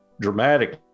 dramatic